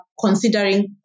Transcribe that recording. Considering